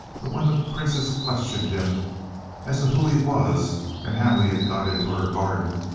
but when the princess questioned him as to who he was and how he had got into her garden,